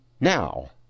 now